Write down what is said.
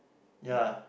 ya